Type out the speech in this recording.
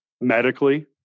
medically